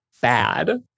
bad